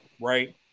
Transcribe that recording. right